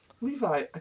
Levi